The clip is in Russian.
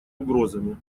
угрозами